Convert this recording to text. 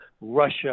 Russia